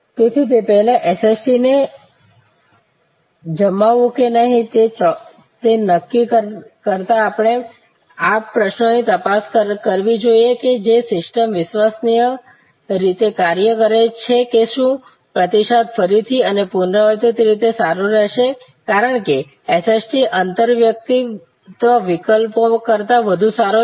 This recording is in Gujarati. તેથી તે પહેલાં SST ને જમાવવું કે નહીં તે નક્કી કરતાં આપણે આ સરળ પ્રશ્નોની તપાસ કરવી જોઈએ કે જે સિસ્ટમ વિશ્વસનીય રીતે કાર્ય કરે છે કે શું પ્રતિસાદ ફરીથી અને પુનરાવર્તિત રીતે સારો રહેશે કારણ કે SST આંતરવ્યક્તિત્વ વિકલ્પો કરતાં વધુ સારો છે